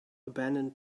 abandoned